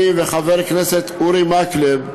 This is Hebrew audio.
וחבר הכנסת אורי מקלב,